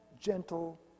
gentle